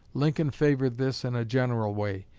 lincoln favored this in a general way.